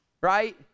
right